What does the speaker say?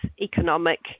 economic